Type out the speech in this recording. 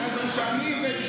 היו דברים שאני הבאתי,